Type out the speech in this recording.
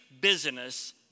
business